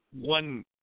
one